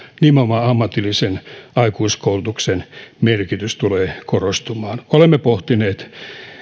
nimenomaan ammatillisen aikuiskoulutuksen merkitys tulee korostumaan olemme pohtineet